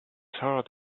hard